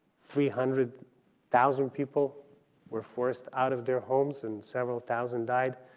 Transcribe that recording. three hundred thousand people were forced out of their homes, and several thousand died.